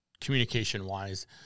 communication-wise